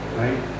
right